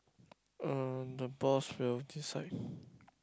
uh the boss will decide